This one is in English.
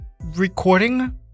recording